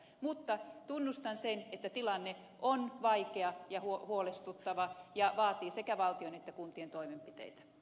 mutta tunnustan sen että tilanne on vaikea ja huolestuttava ja vaatii sekä valtion että kuntien toimenpiteitä